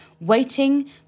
waiting